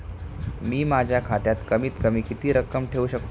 मी माझ्या खात्यात कमीत कमी किती रक्कम ठेऊ शकतो?